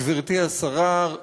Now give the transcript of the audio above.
גברתי השרה,